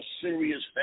serious